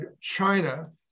China